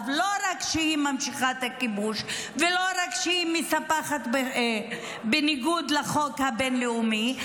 שלא רק שהיא ממשיכה את הכיבוש ולא רק שהיא מספחת בניגוד לחוק הבין-לאומי,